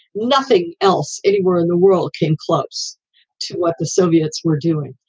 nothing else anywhere in the world came close to what the soviets were doing.